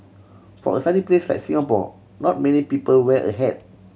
for a sunny place like Singapore not many people wear a hat